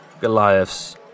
Goliaths